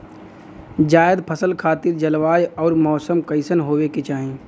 जायद फसल खातिर जलवायु अउर मौसम कइसन होवे के चाही?